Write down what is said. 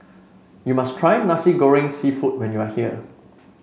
you must try Nasi Goreng seafood when you are here